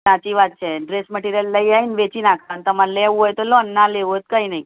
સાચી વાત છે ડ્રેસ મટીરીયલ લઈ આવીને વેચી નાખવાનું તમારે લેવું હોઈ તો લો ના લેવું હોય તો કંઈ નહીં